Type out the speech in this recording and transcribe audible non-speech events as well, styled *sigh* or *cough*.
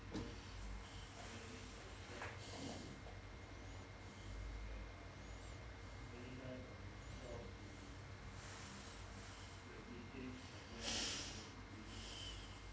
*breath*